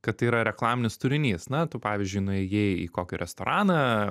kad tai yra reklaminis turinys na tu pavyzdžiui nuėjai į kokį restoraną